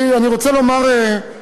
אני רוצה לומר,